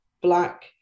black